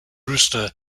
rooster